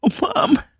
mom